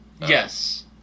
Yes